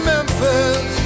Memphis